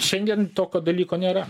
šiandien tokio dalyko nėra